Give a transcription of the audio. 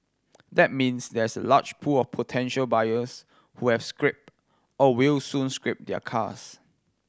that means there is a large pool of potential buyers who have scrapped or will soon scrap their cars